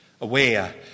Aware